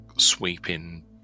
Sweeping